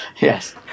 Yes